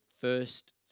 first